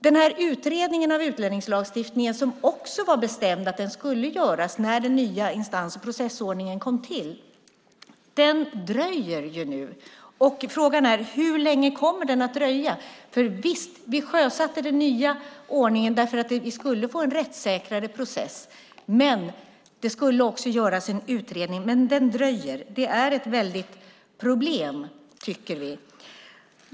Den utredning av utlänningslagstiftningen som också var bestämd skulle göras när den nya instans och processordningen kom till dröjer nu. Frågan är hur länge den kommer att dröja. Vi sjösatte den nya ordningen för att vi skulle få en rättssäker process. Det skulle också göras en utredning, men den dröjer. Det är ett väldigt problem, tycker vi.